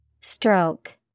Stroke